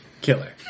killer